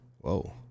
Whoa